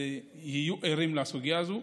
יהיה ער לסוגיה הזאת.